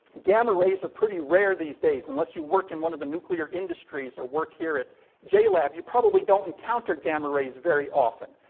gamma rays are pretty rare these days, unless you work in one of the nuclear industries or work here at jlab, you probably don't encounter gamma rays very often.